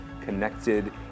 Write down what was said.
connected